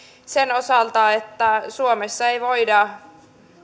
sen osalta että suomessa ei voida